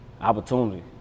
Opportunity